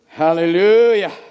Hallelujah